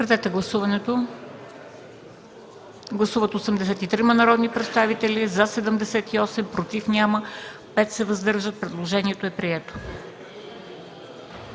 Предложението е прието.